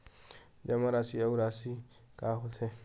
जमा राशि अउ राशि का होथे?